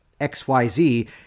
XYZ